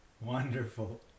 Wonderful